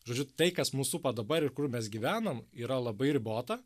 žodžiu tai kas mus supa dabar ir kur mes gyvenam yra labai ribota